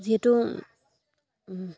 যিহেতু